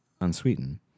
unsweetened